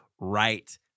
right